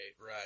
right